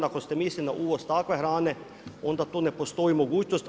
Ako ste mislili na uvoz takve hrane, onda to ne postoji mogućnost.